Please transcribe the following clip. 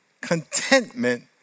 contentment